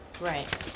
Right